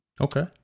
Okay